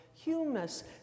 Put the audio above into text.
Humus